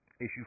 Issue